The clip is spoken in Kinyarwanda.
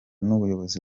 n’ubuyobozi